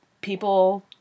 People